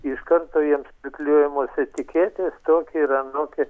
iš karto jiems priklijuojamos etiketės tokie ir anokie